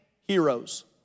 heroes